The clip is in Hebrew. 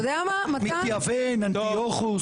מתייוון, אנטיוכוס.